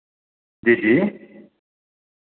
जी जी